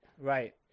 right